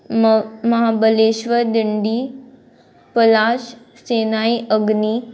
महाबलेश्वरंडी Palash Sinai Agni